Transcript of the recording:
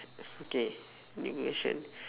okay next question